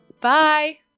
Bye